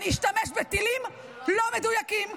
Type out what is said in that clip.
אני אשתמש בטילים לא מדויקים.